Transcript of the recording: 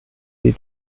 die